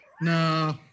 No